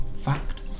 fact